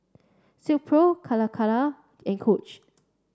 Silkpro Calacara and Coach